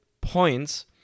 points